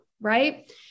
right